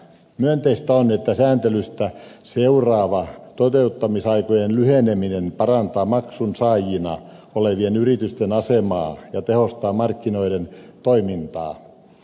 myönteistä on että sääntelystä seuraava toteuttamisaikojen lyheneminen parantaa maksun saajina olevien yritysten asemaa ja tehostaa markkinoiden toimintaa